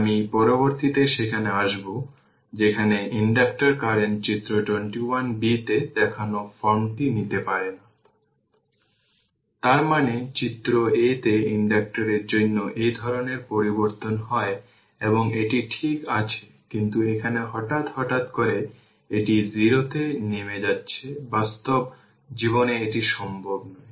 আমি পরবর্তীতে সেখানে আসব যেখানে ইনডাক্টর কারেন্ট চিত্র 21 b তে দেখানো ফর্মটি নিতে পারে না I তার মানে চিত্র a তে ইন্ডাকটর এর জন্য এই ধরণের পরিবর্তন হয় এবং এটি ঠিক আছে কিন্তু এখানে হঠাৎ হঠাৎ করে এটি 0 তে নেমে যাচ্ছে বাস্তব জীবনে এটি সম্ভব নয়